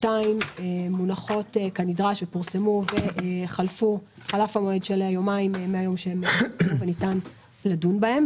שתיים מונחות כנדרש וחלף המועד של היומיים מהיום שהוגשו וניתן לדון בהן.